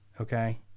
Okay